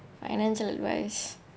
financial advice